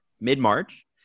mid-March